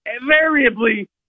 invariably